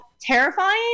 terrifying